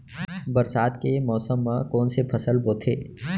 बरसात के मौसम मा कोन से फसल बोथे?